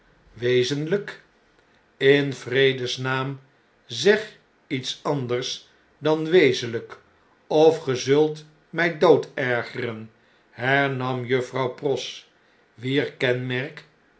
in vredes naam zeg iets anders dan wezenljjk of ge zult mij dood ergeren hernam juffrouw pross wier kenrnerk